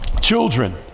children